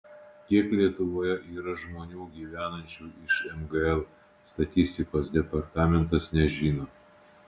kiek lietuvoje yra žmonių gyvenančių iš mgl statistikos departamentas nežino